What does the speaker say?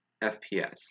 FPS